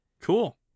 Cool